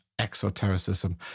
exotericism